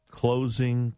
closing